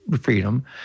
freedom